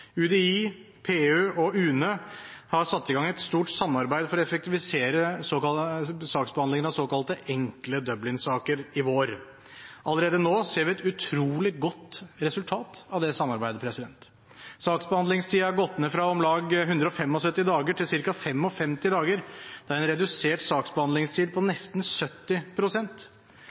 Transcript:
UDI, PU og UNE satte i vår i gang et stort samarbeid for å effektivisere saksbehandlingen av såkalte enkle Dublin-saker. Allerede nå ser vi et utrolig godt resultat av det samarbeidet. Saksbehandlingstiden har gått ned fra om lag 175 dager til ca. 55 dager. Det er en redusert saksbehandlingstid på nesten